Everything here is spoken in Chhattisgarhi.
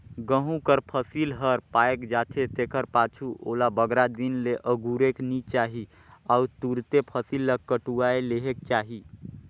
गहूँ कर फसिल हर पाएक जाथे तेकर पाछू ओला बगरा दिन ले अगुरेक नी चाही अउ तुरते फसिल ल कटुवाए लेहेक चाही